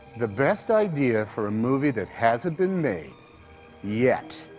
the best idea for a movie that hasn't been made yet